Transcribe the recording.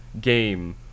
game